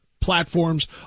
platforms